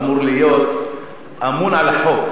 אמור להיות אמון על החוק.